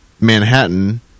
manhattan